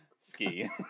Ski